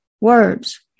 words